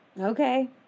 Okay